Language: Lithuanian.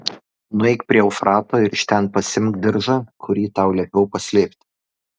nueik prie eufrato ir iš ten pasiimk diržą kurį tau liepiau paslėpti